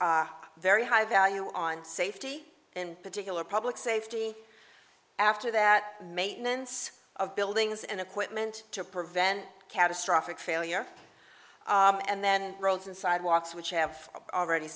very high value on safety in particular public safety after that maintenance of buildings and equipment to prevent catastrophic failure and then roads and sidewalks which have already